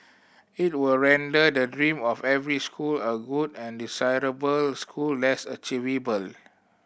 it would render the dream of every school a good and desirable school less achievable